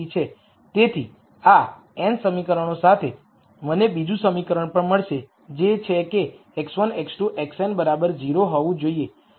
તેથી આ n સમીકરણો સાથે મને બીજું સમીકરણ પણ મળશે જે છે કે x1 x2 xn 0 હોવું જોઈએ